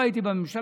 לא הייתי בממשלה,